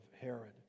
Herod